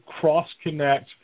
cross-connect